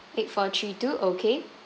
eight four three two okay